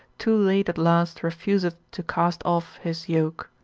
too late at last refuseth to cast off his yoke,